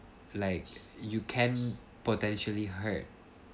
like you can potentially hurt